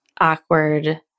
awkward